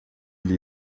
ele